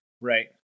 Right